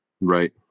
right